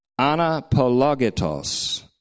anapologitos